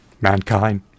mankind